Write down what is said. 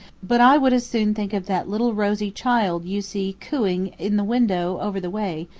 but i would as soon think of that little rosy child you see cooing in the window over the way,